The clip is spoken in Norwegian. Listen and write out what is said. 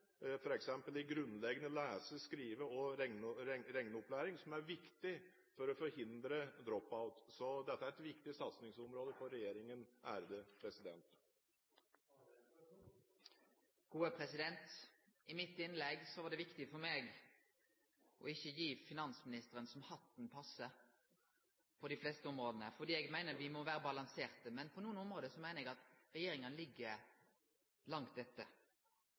lese-, skrive- og regneopplæring, som er viktig for å forhindre drop-out. Dette er et viktig satsingsområde for regjeringen. I mitt innlegg var det viktig for meg ikkje å gi finansministeren så hatten passar på dei fleste områda, fordi eg meiner me må vere balanserte. Men på nokre område meiner eg at regjeringa ligg langt etter